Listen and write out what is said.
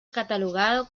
catalogado